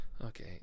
Okay